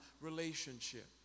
relationship